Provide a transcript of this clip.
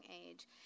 age